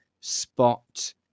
spot